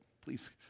please